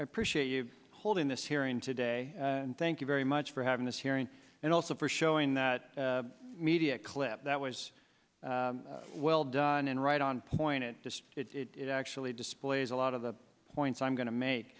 appreciate you holding this hearing today and thank you very much for having this hearing and also for showing that media clip that was well done and right on point it just it actually displays a lot of the points i'm going to